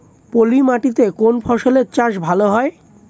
পলি মাটিতে কোন ফসলের চাষ ভালো হয়?